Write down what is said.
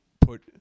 put